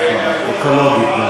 נכון, אקולוגי.